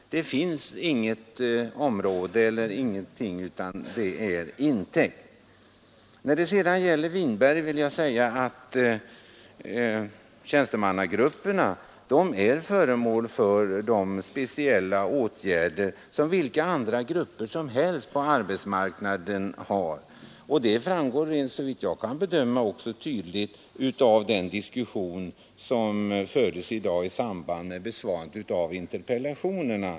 Det finns inget område som inte redan är intäckt. För herr Winberg vill jag påpeka att tjänstemannagrupperna är föremål för samma åtgärder som vilka andra grupper som helst på arbetsmarknaden. Det framgick, såvitt jag kan bedöma, också tydligt av den diskussion som fördes i dag i samband med besvarandet av interpellationerna.